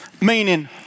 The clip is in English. Meaning